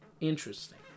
interesting